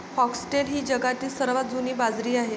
foxtail ही जगातील सर्वात जुनी बाजरी आहे